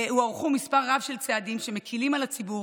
הוארך מספר רב של צעדים שמקילים על הציבור,